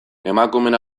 emakumeen